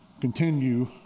continue